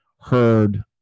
heard